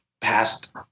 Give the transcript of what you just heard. past